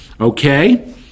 Okay